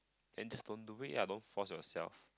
then just don't do it lah don't force yourself